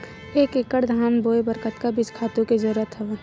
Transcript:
एक एकड़ धान बोय बर कतका बीज खातु के जरूरत हवय?